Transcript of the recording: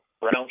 brown